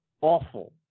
awful